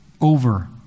over